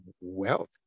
wealth